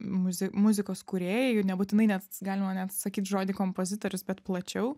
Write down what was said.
muzi muzikos kūrėjai nebūtinai net galima net sakyt žodį kompozitorius bet plačiau